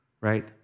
right